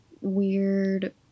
weird